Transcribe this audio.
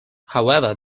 however